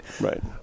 Right